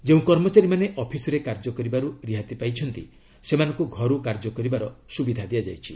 ଯେଉଁ କର୍ମଚାରୀମାନେ ଅଫିସରେ କାର୍ଯ୍ୟ କରିବାରୁ ରିହାତି ପାଇଛନ୍ତି ସେମାନଙ୍କୁ ଘରୁ କାର୍ଯ୍ୟ କରିବାର ସୁବିଧା ଦିଆଯାଇଛି